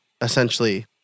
essentially